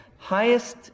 highest